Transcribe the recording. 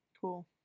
Cool